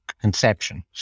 conception